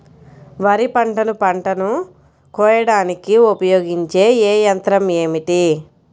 వరిపంటను పంటను కోయడానికి ఉపయోగించే ఏ యంత్రం ఏమిటి?